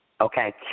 Okay